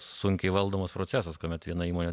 sunkiai valdomas procesas kuomet viena įmonė